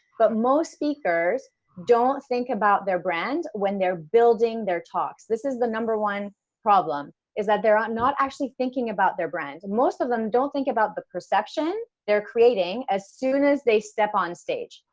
but most speakers don't think about their brand. when they're building their talks, this is the number one problem is that there are not actually thinking about their brand. most of them don't think about the perception they're creating, as soon as they step on stage,